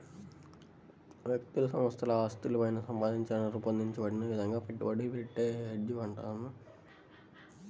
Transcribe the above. వ్యక్తులు సంస్థల ఆస్తులను పైన సంపాదించడానికి రూపొందించబడిన విధంగా పెట్టుబడి పెట్టే హెడ్జ్ ఫండ్లు